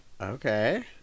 okay